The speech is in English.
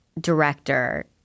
director